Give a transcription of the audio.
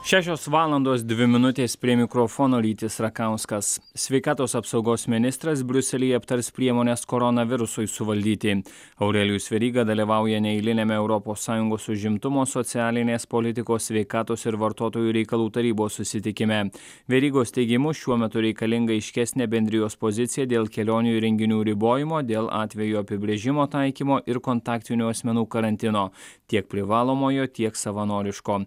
šešios valandos dvi minutės prie mikrofono rytis rakauskas sveikatos apsaugos ministras briuselyje aptars priemones koronavirusui suvaldyti aurelijus veryga dalyvauja neeiliniame europos sąjungos užimtumo socialinės politikos sveikatos ir vartotojų reikalų tarybos susitikime verygos teigimu šiuo metu reikalinga aiškesnė bendrijos pozicija dėl kelionių renginių ribojimo dėl atvejo apibrėžimo taikymo ir kontaktinių asmenų karantino tiek privalomojo tiek savanoriško